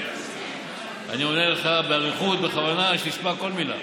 אני עונה לך באריכות בכוונה, שתשמע כל מילה.